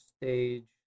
stage